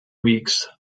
weeks